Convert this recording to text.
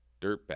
Dirtbag